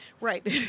Right